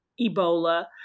Ebola